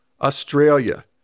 Australia